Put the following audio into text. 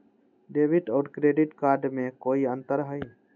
Debit और credit card में कई अंतर हई?